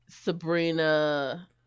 Sabrina